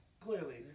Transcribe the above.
Clearly